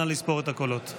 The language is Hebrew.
נא לספור את הקולות.